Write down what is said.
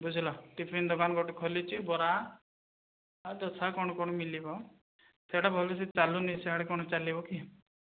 ବୁଝିଲ ଟିଫିନ୍ ଦୋକାନ୍ ଗୋଟେ ଖୋଲିଛି ବରା ଦୋସା କ'ଣ କ'ଣ ମିଳିବ ସେଇଟା ଭଲସେ ଚାଲୁନି ସିଆଡ଼େ କ'ଣ ଚାଲିବ କି